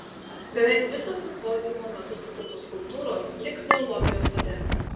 beveik visos simpoziumo metu sukurtos skulptūros liks zoologijos sode